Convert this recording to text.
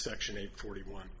section eight forty one